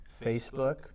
Facebook